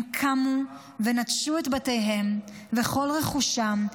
הם קמו ונטשו את בתיהם וכל רכושם,